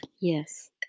yes